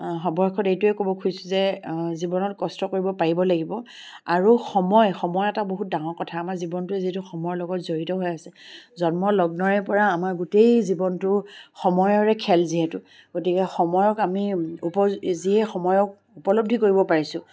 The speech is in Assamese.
সৰ্বশেষত এইটোৱে ক'ব খুজিছোঁ যে জীৱনত কষ্ট কৰিব পাৰিব লাগিব আৰু সময় সময় এটা বহুত ডাঙৰ কথা আমাৰ জীৱনটোৱে যিহেতু সময়ৰ লগত জড়িত হৈ আছে জন্ম লগ্নৰে পৰা আমাৰ গোটেই জীৱনটো সময়ৰে খেল যিহেতু গতিকে সময়ক আমি উপযোগী যিয়ে সময়ক উপলব্ধি কৰিব পাৰিছোঁ